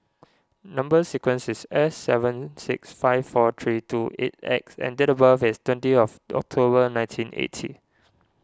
Number Sequence is S seven six five four three two eight X and date of birth is twenty of October nineteen eighty